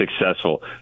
successful